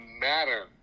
matter